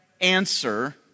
answer